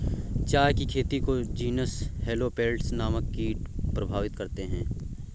चाय की खेती को जीनस हेलो पेटल्स नामक कीट प्रभावित करते हैं